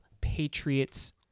Patriots